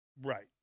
Right